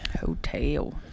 Hotel